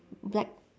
black